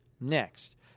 next